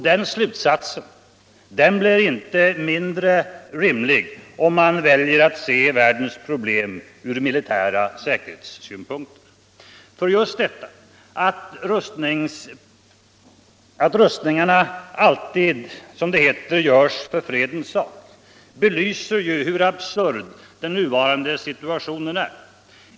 Den slutsatsen blir inte mindre rimlig om man ser världens problem från militär säkerhetssynpunkt. För just detta att rustningarna alltid görs ”för fredens sak” belyser hur absurd den nuvarande situationen är.